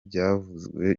byavuzwe